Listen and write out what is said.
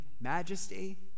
majesty